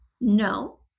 No